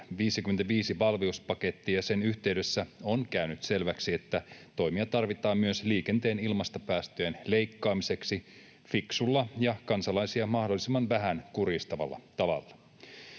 55-valmiuspaketti, ja sen yhteydessä on käynyt selväksi, että toimia tarvitaan myös liikenteen ilmastopäästöjen leikkaamiseksi fiksulla ja kansalaisia mahdollisimman vähän kurjistavalla tavalla.